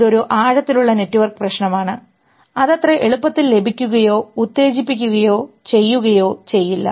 ഇതൊരു ആഴത്തിലുള്ള നെറ്റ്വർക്ക് പ്രശ്നമാണ് അത് അത്ര എളുപ്പത്തിൽ ലഭിക്കുകയോ ഉത്തേജിപ്പിക്കുകയോ ചെയ്യുകയോ ചെയ്യില്ല